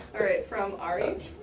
alright, from arif.